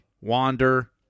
Wander